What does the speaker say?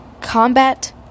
combat